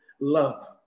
love